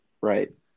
right